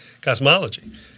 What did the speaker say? cosmology